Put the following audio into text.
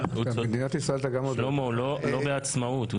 לא בעצמאות, הוא